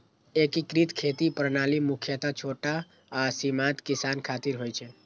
एकीकृत खेती प्रणाली मुख्यतः छोट आ सीमांत किसान खातिर होइ छै